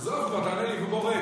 עזוב, כבר תענה לי, ובוא רד.